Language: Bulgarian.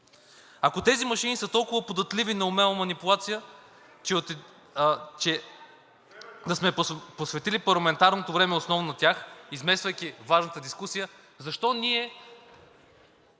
Ако тези машини са толкова податливи на умела манипулация, да сме посветили парламентарното време основно на тях, измествайки важната дискусия, защо ние